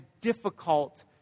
difficult